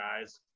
guys